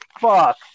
fuck